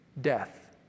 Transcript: death